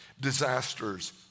disasters